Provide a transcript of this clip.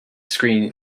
screen